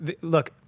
look